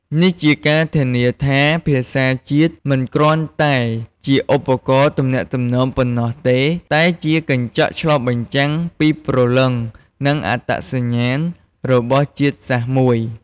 នេះជាការធានាថាភាសាជាតិមិនគ្រាន់តែជាឧបករណ៍ទំនាក់ទំនងប៉ុណ្ណោះទេ តែជាកញ្ចក់ឆ្លុះបញ្ចាំងពីព្រលឹង និងអត្តសញ្ញាណរបស់ជាតិសាសន៍មួយ។